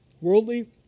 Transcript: Worldly